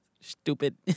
Stupid